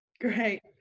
Great